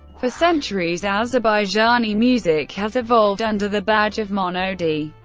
for centuries azerbaijani music has evolved under the badge of monody,